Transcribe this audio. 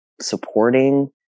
supporting